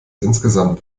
insgesamt